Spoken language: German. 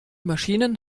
maschinen